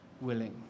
willing